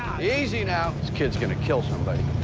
you know kid's gonna kill somebody.